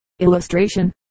Illustration